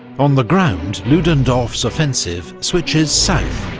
on the ground, ludendorff's offensive switches south,